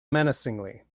menacingly